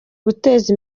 guteza